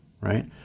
right